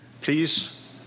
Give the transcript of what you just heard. Please